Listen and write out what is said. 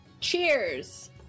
Cheers